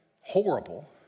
horrible